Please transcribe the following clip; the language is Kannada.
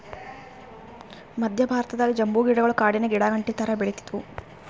ಮದ್ಯ ಭಾರತದಾಗ್ ಬಂಬೂ ಗಿಡಗೊಳ್ ಕಾಡಿನ್ ಗಿಡಾಗಂಟಿ ಥರಾ ಬೆಳಿತ್ತಿದ್ವು